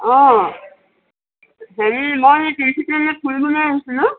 অ হেৰি মই তিনিচুকীয়ালৈ ফুৰিবলৈ আহিছিলোঁ